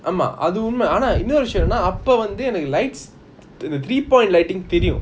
ஆமா அது உண்மை:ama athu unma lights th~ th~ three point lighting தெரியும்:teriyum